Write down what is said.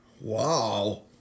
Wow